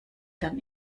dann